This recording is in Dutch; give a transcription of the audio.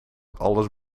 alles